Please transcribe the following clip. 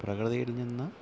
പ്രകൃതിയിൽനിന്ന്